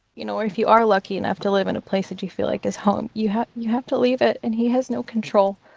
you know, or if you are lucky enough to live in a place that you feel like is home, you have you have to leave it. and he has no control.